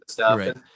right